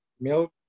milk